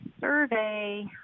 survey